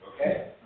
Okay